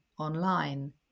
Online